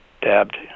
dabbed